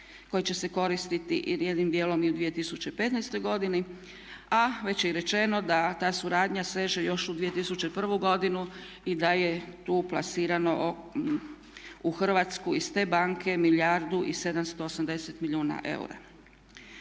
koji će se koristiti i jednim dijelom i u 2015. godini a već je i rečeno da ta suradnja seže još u 2001. godinu i da je tu plasirano u Hrvatsku iz te banke milijardu i 780 milijuna eura.